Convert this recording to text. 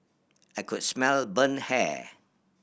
I could smell burnt hair